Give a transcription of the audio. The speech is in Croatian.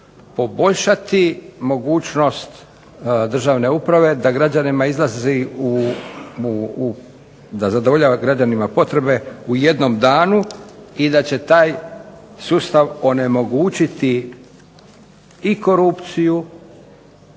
poboljšati mogućnost državne uprave da građanima izlazi u, da zadovoljava građanima potrebe u jednom danu i da će taj sustav onemogućiti i korupciju